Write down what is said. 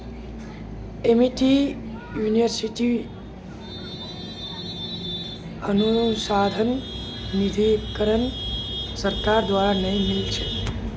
Amity यूनिवर्सिटीत अनुसंधान निधीकरण सरकार द्वारा नइ मिल छेक